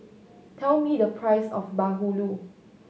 tell me the price of bahulu